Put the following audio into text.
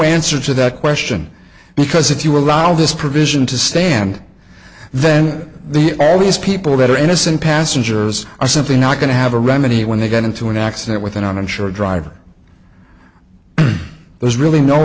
answer to that question because if you allow this provision to stand then the all these people that are innocent passengers are simply not going to have a remedy when they get into an accident with an uninsured driver there's really no